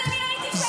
אבל אני הייתי שם.